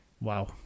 Wow